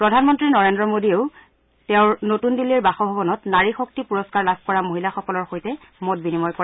প্ৰধানমন্ত্ৰী নৰেন্দ্ৰ মোদীয়েও তেওঁৰ নতুন দিল্লীৰ বাসভৱনত নাৰী শক্তি পুৰস্কাৰ লাভ কৰা মহিলাৰসকলৰ সৈতে মত বিনিময় কৰে